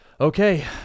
okay